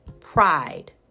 pride